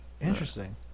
Interesting